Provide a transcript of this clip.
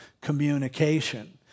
communication